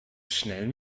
schnell